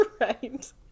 right